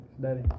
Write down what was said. daddy